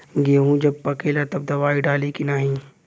गेहूँ जब पकेला तब दवाई डाली की नाही?